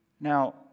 Now